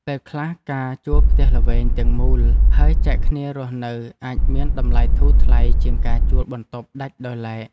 ពេលខ្លះការជួលផ្ទះល្វែងទាំងមូលហើយចែកគ្នារស់នៅអាចមានតម្លៃធូរថ្លៃជាងការជួលបន្ទប់ដាច់ដោយឡែក។